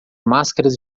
máscaras